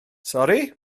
sori